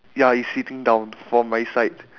ya it's sitting down from my side